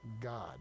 God